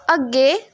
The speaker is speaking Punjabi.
ਅੱਗੇ